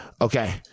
okay